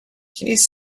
please